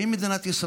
האם מדינת ישראל,